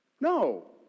No